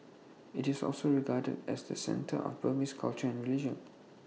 IT is also regarded as the centre of Burmese culture and religion